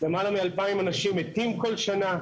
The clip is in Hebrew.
למעלה מ-2,000 אנשים מתים כל שנה.